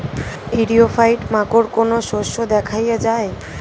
ইরিও ফাইট মাকোর কোন শস্য দেখাইয়া যায়?